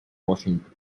washington